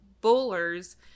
bowlers